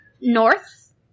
North